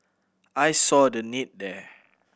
I saw the need there